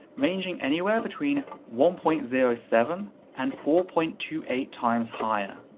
ranging anywhere between one point zero seven and four point two eight times higher.